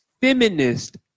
feminist